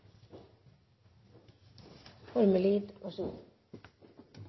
– vær så god.